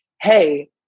hey